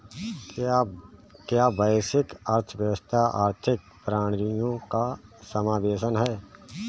क्या वैश्विक अर्थव्यवस्था आर्थिक प्रणालियों का समावेशन है?